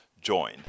join